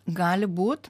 gali būt